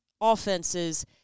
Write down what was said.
offenses